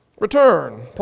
return